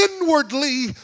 inwardly